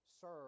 serve